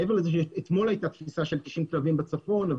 אתמול הייתה תפיסה של 90 כלבים בצפון.